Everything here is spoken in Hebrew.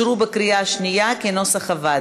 סעיף 2 וסעיף 3 אושרו בקריאה שנייה, כנוסח הוועדה.